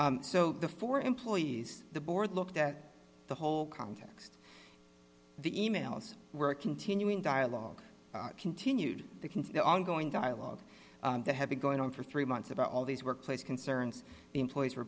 so the four employees the board looked at the whole context the e mails were continuing dialogue continued the ongoing dialogue that had been going on for three months about all these workplace concerns employees were